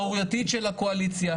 שערורייתית של הקואליציה.